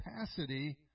capacity